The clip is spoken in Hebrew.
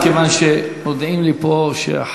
מכיוון שמודיעים לי פה שהחייל